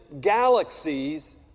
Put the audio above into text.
galaxies